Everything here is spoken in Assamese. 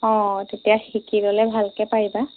অ তেতিয়া শিকি ল'লে ভালকৈ পাৰিবা